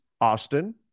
Austin